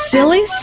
Silly